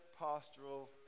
pastoral